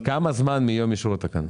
כמה זמן מיום אישור התקנות?